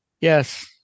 Yes